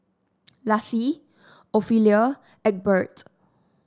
Laci Ophelia Egbert